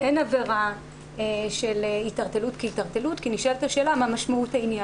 אין עבירה של התערטלות כהתערטלות כי נשאלת השאלה מה משמעות העניין.